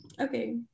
Okay